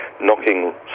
knocking